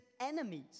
enemies